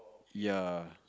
ya